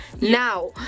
now